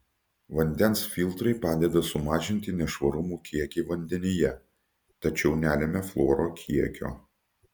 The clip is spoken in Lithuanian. vandens filtrai padeda sumažinti nešvarumų kiekį vandenyje tačiau nelemia fluoro kiekio